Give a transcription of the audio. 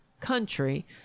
country